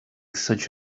such